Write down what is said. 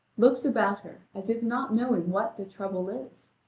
looks about her as if not knowing what the trouble is.